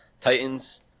Titans